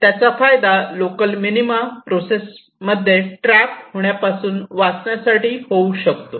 त्याचा फायदा local minima process मध्ये ट्रॅप होणे पासून वाचण्यासाठी होऊ शकतो